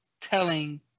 telling